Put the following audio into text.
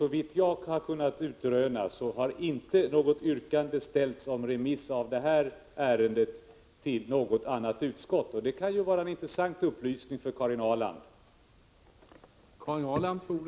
Såvitt jag kunnat utröna har inte något yrkande ställts om remiss av detta ärende till något annat utskott. Det kan ju vara en intressant upplysning för Karin Ahrland.